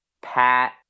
Pat